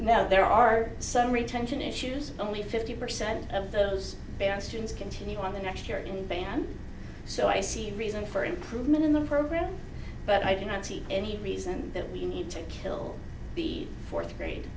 now there are some retention issues only fifty percent of those bastions continue on the next year in van so i see the reason for improvement in the program but i do not see any reason that we need to kill the fourth grade